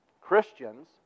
Christians